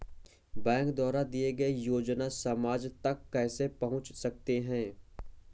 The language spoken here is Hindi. बैंक द्वारा दिए गए योजनाएँ समाज तक कैसे पहुँच सकते हैं?